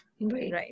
Right